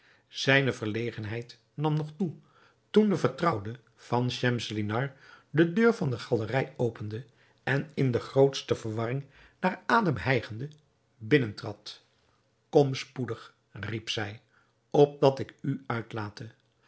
zijne verlegenheid nam nog toe toen de vertrouwde van schemselnihar de deur van de galerij opende en in de grootste verwarring naar adem hijgende binnentrad kom spoedig riep zij opdat ik u uitlate